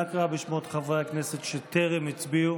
נא לקרוא בשמות חברי הכנסת שטרם הצביעו.